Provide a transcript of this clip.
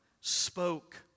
spoke